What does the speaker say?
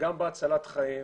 וגם בהצלת חיים,